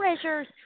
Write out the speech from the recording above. treasures